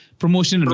promotion